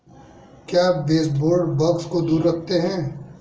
क्या baseboard bugs को दूर रखते हैं?